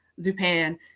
Zupan